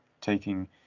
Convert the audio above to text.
taking